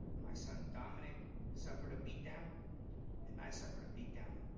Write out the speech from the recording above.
my son dominic suffered a beat down and i suffered a beat down.